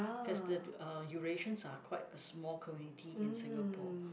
cause the uh Eurasians are quite a small community in Singapore